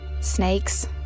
Snakes